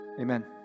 amen